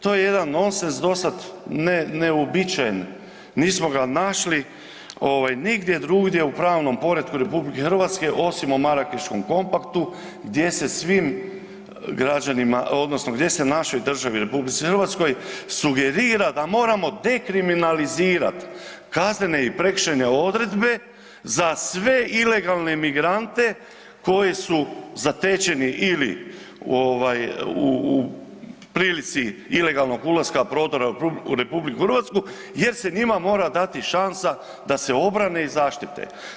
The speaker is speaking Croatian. To je, to je jedan nonset dosad ne, neuobičajen, nismo ga našli ovaj nigdje drugdje u pravnom poretku RH osim u Marakeškom kompaktu gdje se svim građanima odnosno gdje se našoj državi RH sugerira da moramo dekriminalizirat kaznene i prekršajne odredbe za sve ilegalne migrante koji su zatečeni ili ovaj u, u prilici ilegalnog ulaska, prodora u RH jer se njima mora dati šansa da se obrane i zaštite.